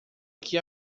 que